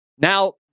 now